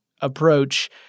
approach